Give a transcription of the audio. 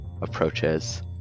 approaches